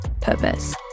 purpose